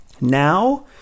Now